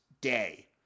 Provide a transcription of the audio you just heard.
day